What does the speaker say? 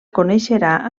coneixerà